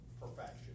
perfection